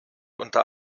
unter